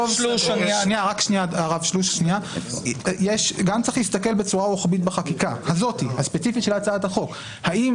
גם צריך להסתכל בצורה רוחבית בחקיקה הזאת הספציפית של הצעת החוק האם